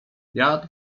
jadł